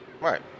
Right